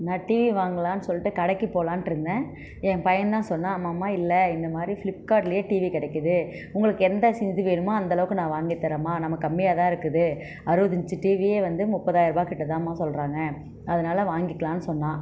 நான் டிவி வாங்கலாம்ன்னு சொல்லிட்டு கடைக்கு போகலான்னுட்டு இருந்தேன் என் பையன்தான் சொன்னான் அம்மா அம்மா இல்லை இந்தமாதிரி ஃபிளிப்கார்ட்லேயே டிவி கிடைக்குது உங்களுக்கு எந்த இது வேணுமோ அந்தளவுக்கு நான் வாங்கி தரேம்மா ரொம்ப கம்மியாகத்தான் இருக்குது அறுபது இஞ்சி டிவியே வந்து முப்பதாயிரம் கிட்டே தான்ம்மா சொல்கிறாங்க அதனால வாங்கிக்கிலாம்னு சொன்னான்